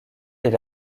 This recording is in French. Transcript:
est